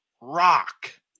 Rock